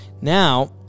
Now